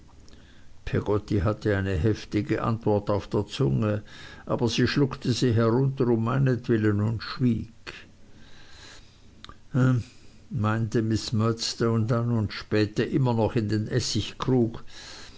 peggotty hatte eine heftige antwort auf der zunge aber sie schluckte sie herunter um meinetwillen und schwieg hm meinte miß murdstone dann und spähte immer noch in den